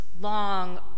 long